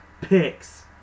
Picks